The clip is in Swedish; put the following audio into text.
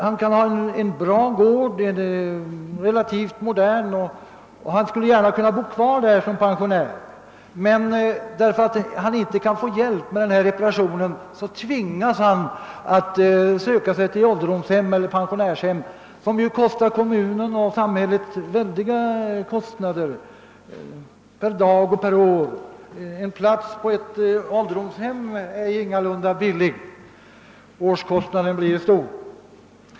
Det kan gälla en bra och relativt modern gård, där vederbörande skulle kunna bo kvar som pensionär, men eftersom det inte går att få hjälp med reparationen tvingas fastighetsägaren söka sig till ålderdomshem eller pensionärshem, något som kostar kommunen och samhället stora summor per år. En plats på ett ålderdoms-' hem är ju ingalunda billigt — årskostnaden blir stor.